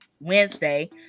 Wednesday